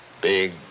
Big